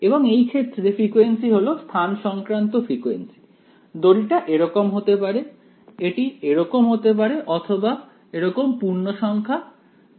এখন এই ক্ষেত্রে ফ্রিকোয়েন্সি হলো স্থান সংক্রান্ত ফ্রিকোয়েন্সি দড়িটা এরকম হতে পারে এটি এরকম হতে পারে অথবা এরকম পূর্ণসংখ্যা গুণিতক